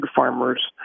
farmers